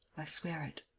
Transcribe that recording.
i swear it.